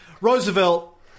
Roosevelt